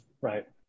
Right